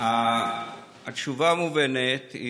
התשובה מובנת.